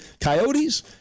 coyotes